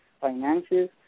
Finances